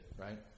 right